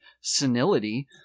senility